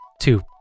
two